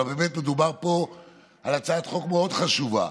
אבל באמת מדובר פה על הצעת חוק מאוד חשובה.